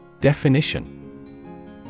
Definition